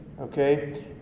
Okay